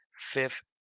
fifth